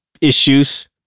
issues